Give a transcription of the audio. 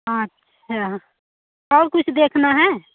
अच्छा और कुछ देखना है